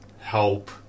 help